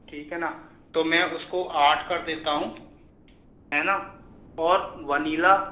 ठीक है न तो मैं उसको आठ कर देता हूँ है न और वनीला